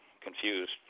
confused